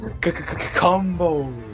combo